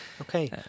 Okay